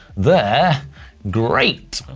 they're great.